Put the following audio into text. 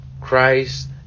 Christ